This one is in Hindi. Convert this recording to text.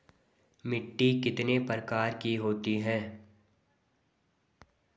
मिट्टी कितने प्रकार की होती है?